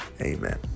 Amen